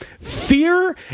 fear